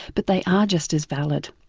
but they are just as valid.